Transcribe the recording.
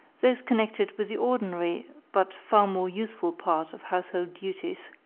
those connected with the ordinary, but far more useful part of household duties,